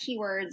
keywords